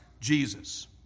Jesus